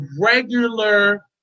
regular